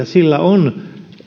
sillä on